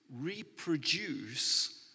reproduce